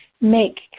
make